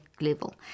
level